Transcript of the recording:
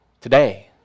Today